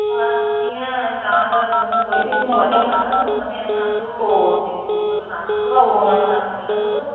हा जीअं तव्हां अगरि रूम कोई बि रूम वठो था न हुनमें असांजो हुओ जेको सुबुह जो नास्तो हा हुओ हुनमें तव्हांखे मिलंदव